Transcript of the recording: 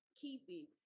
keeping